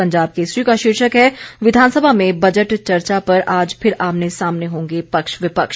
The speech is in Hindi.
पंजाब केसरी का शीर्षक है विधानसभा में बजट चर्चा पर आज फिर आमने सामने होंगे पक्ष विपक्ष